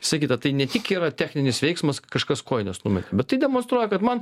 sakyta tai ne tik yra techninis veiksmas kažkas kojines numeta bet tai demonstruoja kad man